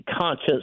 conscience